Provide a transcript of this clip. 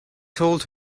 told